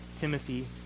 Timothy